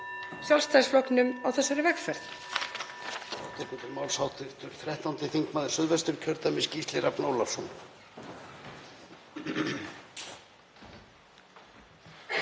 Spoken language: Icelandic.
Sjálfstæðisflokknum á þessari vegferð?